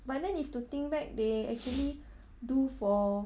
but then if to think back they actually do for